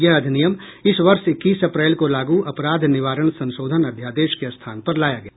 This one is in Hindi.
यह अधिनियम इस वर्ष इक्कीस अप्रैल को लागू अपराध निवारण संशोधन अध्यादेश के स्थान पर लाया गया है